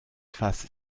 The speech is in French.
face